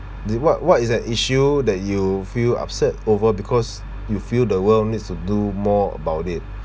then what what is the issue that you feel upset over because you feel the world needs to do more about it